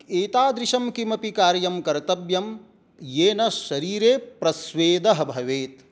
एतादृशं किमपि कार्यं कर्तव्यं येन शरीरे प्रस्वेदः भवेत्